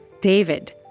David